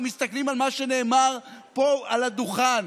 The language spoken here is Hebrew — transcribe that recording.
אנחנו מסתכלים על מה שנאמר פה על הדוכן.